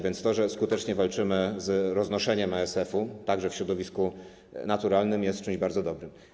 Więc to, że skutecznie walczymy z roznoszeniem ASF-u, także w środowisku naturalnym, jest czymś bardzo dobrym.